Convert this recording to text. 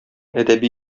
әдәби